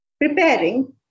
preparing